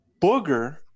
booger